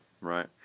Right